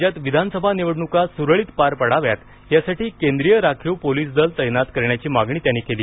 राज्यात विधानसभा निवडणुका सुरळीत पार पडाव्यात यासाठी केंद्रीय राखीव पोलिस दल तैनात करण्याची मागणी त्यांनी केली